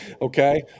okay